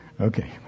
Okay